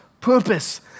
purpose